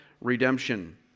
redemption